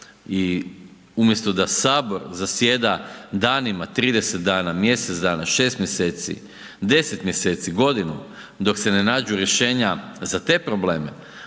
i umjesto da HS zasjeda danima, 30 dana, mjesec dana, 6 mjeseci, 10 mjeseci, godinu, dok se ne nađu rješenja za te probleme,